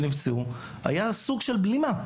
היה סוג של בלימה בהתחלה.